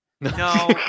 no